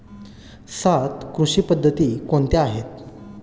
सात कृषी पद्धती कोणत्या आहेत?